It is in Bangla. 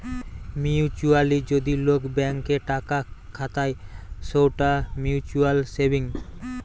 মিউচুয়ালি যদি লোক ব্যাঙ্ক এ টাকা খাতায় সৌটা মিউচুয়াল সেভিংস